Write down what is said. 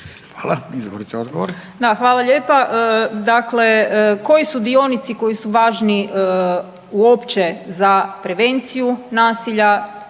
Andreja (SDP)** Da. Hvala lijepa. Dakle, koji su dionici koji su važni uopće za prevenciju nasilja